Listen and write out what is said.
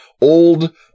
old